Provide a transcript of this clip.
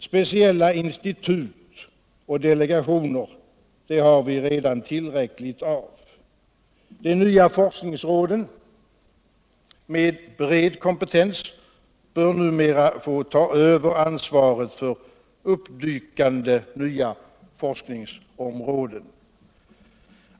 Speciella institut och delegationer har vi redan tillräckligt av. De nya forskningsråden med bred kompetens bör numera få ta över ansvaret för uppdykande nya forskningsområden.